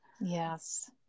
Yes